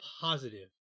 positive